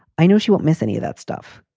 i know she won't miss any of that stuff.